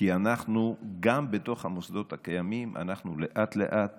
כי גם בתוך המוסדות הקיימים אנחנו לאט-לאט